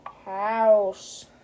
house